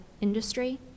industry